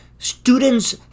Students